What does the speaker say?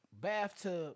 bathtub